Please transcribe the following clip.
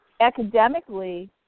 academically